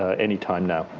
ah any time now.